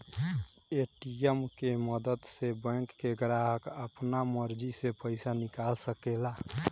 ATM के मदद से बैंक के ग्राहक आपना मर्जी से पइसा निकाल सकेला